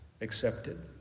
accepted